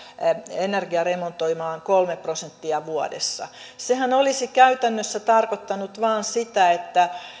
energiaremontoimaan kolme prosenttia vuodessa sehän olisi käytännössä tarkoittanut vain sitä että